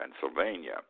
Pennsylvania